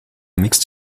mixed